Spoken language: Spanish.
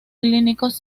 clínicos